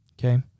Okay